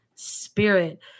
spirit